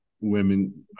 women